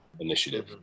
initiative